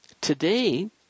today